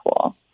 cool